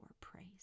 praise